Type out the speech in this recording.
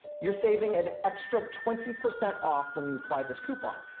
you're saving an extra twenty percent off when you apply this coupon.